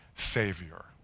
Savior